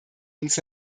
uns